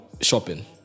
shopping